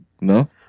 No